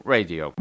Radio